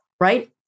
Right